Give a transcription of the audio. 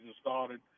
started